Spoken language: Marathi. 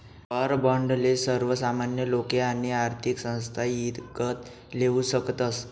वाॅर बाॅन्डले सर्वसामान्य लोके आणि आर्थिक संस्था ईकत लेवू शकतस